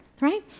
right